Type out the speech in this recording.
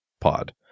pod